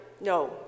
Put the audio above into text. no